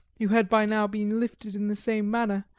who had by now been lifted in the same manner,